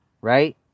right